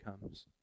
comes